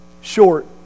short